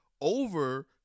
over